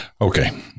Okay